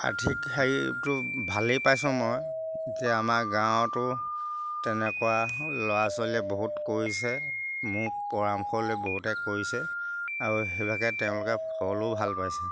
আৰ্থিক হেৰিটো ভালেই পাইছোঁ মই যে আমাৰ গাঁৱতো তেনেকুৱা ল'ৰা ছোৱালীয়ে বহুত কৰিছে মোক পৰামৰ্শ লৈ বহুতে কৰিছে আৰু সেইভাগে তেওঁলোকে ফলো ভাল পাইছে